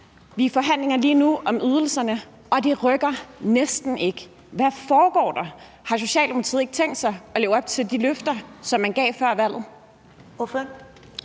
nu er i forhandlinger om ydelserne, som næsten ikke rykker sig: Hvad foregår der? Har Socialdemokratiet ikke tænkt sig at leve op til de løfter, som man gav før valget?